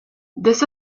this